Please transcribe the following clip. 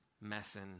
messing